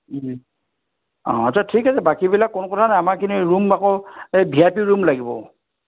অঁ আচ্ছা ঠিক আছে বাকীবিলাক কোনো কথা নাই আমাৰখিনি ৰূম আকৌ এই ভি আই পি ৰূম লাগিব